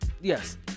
Yes